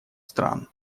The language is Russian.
стран